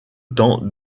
temps